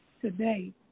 today